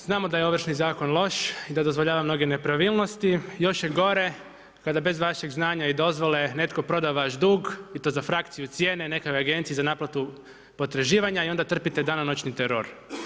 Znamo da je Ovršni zakon loš i da dozvoljava mnoge nepravilnosti, još je gore kada bez vašeg znanja i dozvole netko proda vaš dug i to za frakciju cijene nekoj agenciji za naplatu potraživanja i onda trpite danonoćni teror.